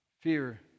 Fear